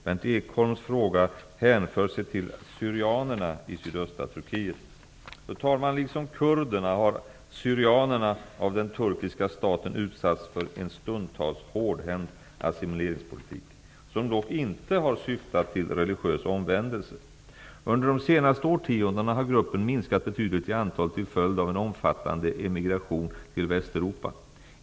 Berndt Ekholms fråga hänför sig till syrianerna i sydöstra Turkiet. Fru talman! Liksom kurderna har syrianerna av den turkiska staten utsatts för en stundtals hårdhänt assimileringspolitik som dock inte har syftat till religiös omvändelse. Under de senaste årtiondena har gruppen minskat betydligt i antal till följd av en omfattande emigration till Västeuropa.